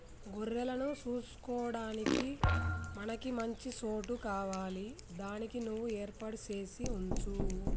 గొర్రెలను సూసుకొడానికి మనకి మంచి సోటు కావాలి దానికి నువ్వు ఏర్పాటు సేసి వుంచు